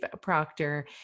Proctor